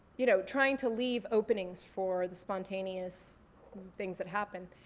you know trying to leave openings for the spontaneous things that happen.